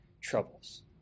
troubles